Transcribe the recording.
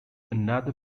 another